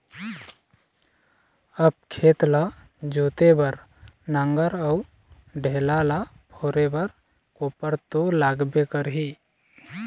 अब खेत ल जोते बर नांगर अउ ढेला ल फोरे बर कोपर तो लागबे करही